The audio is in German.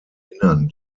innern